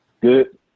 Good